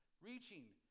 reaching